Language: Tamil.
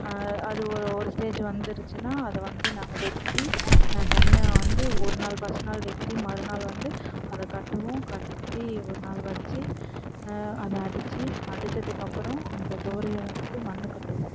அது ஒ ஒரு ஒரு ஸ்டேஜ் வந்துருச்சுன்னால் அதை வந்து நாங்கள் வெட்டி தனியாக வந்து ஒரு நாள் ஃபஸ்ட் நாள் வெட்டி மறுநாள் வந்து அதை கட்டுவோம் கட்டி ஒரு நாள் வச்சி அதை அடித்து அடிச்சதுக்கப்புறம் அந்தத் துவரைய வந்து மண் கட்டுவோம்